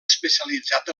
especialitzat